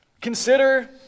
Consider